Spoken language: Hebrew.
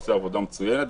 עושה עבודה מצוינת,